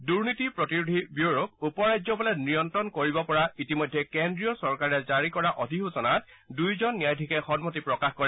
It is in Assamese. দূৰ্নীতি প্ৰতিৰোধী ব্যুৰোক উপৰাজ্যপালে নিয়ন্ত্ৰণ কৰিব পৰা ইতিমধ্যে কেন্দ্ৰীয় চৰকাৰে জাৰি কৰা অধিসূচনাত দুয়োজন ন্যায়াধীশে সন্মতি প্ৰকাশ কৰে